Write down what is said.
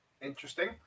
Interesting